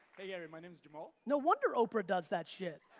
hey gary, my name's jamaal. no wonder oprah does that shit.